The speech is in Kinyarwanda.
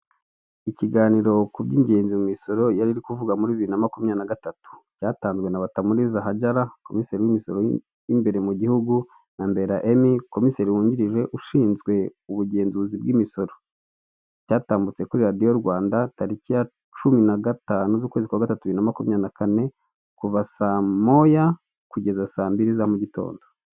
Ikiganiro ku by'ingenzi mu misoro yari kuvugwa muri bibiri na makumyabiri na gatatu, cyatanzwe na Batamuriza Hajara komiseri w'imisoro y'imbere mu gihugu na Mbera Emmy komiseri wungirije ushinzwe ubugenzuzi bw'imisoro, cyatambutse kuri radiyo Rwanda tariki ya cumi na gatanu z'ukwezi kwa gatatu bibiri na makumyabiri na kane kuva saa moya kugeza saa mbiri za mu mugitondo.